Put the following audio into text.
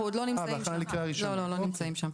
אנחנו עוד לא נמצאים שם.